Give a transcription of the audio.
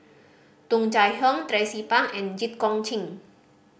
Tung Chye Hong Tracie Pang and Jit Koon Ch'ng